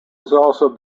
also